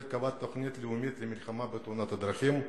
קבעה תוכנית לאומית למלחמה בתאונות הדרכים,